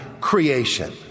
creation